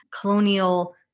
colonial